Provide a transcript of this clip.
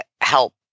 help